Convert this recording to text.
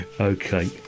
Okay